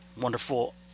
wonderful